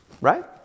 Right